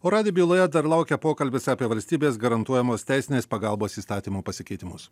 o radijo byloje dar laukia pokalbis apie valstybės garantuojamos teisinės pagalbos įstatymo pasikeitimus